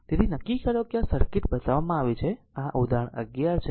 તેથી નક્કી કરો કે આ સર્કિટ બતાવવામાં આવી છે આ ઉદાહરણ 11 છે